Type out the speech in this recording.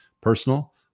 personal